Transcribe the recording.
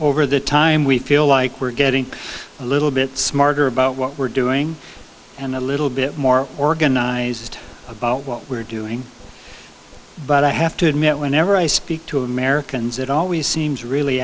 over the time we feel like we're getting a little bit smarter about what we're doing and a little bit more organized about what we're doing but i have to admit whenever i speak to americans it always seems really